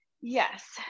yes